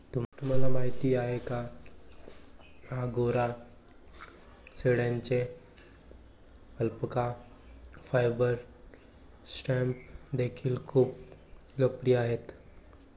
तुम्हाला माहिती आहे का अंगोरा शेळ्यांचे अल्पाका फायबर स्टॅम्प देखील खूप लोकप्रिय आहेत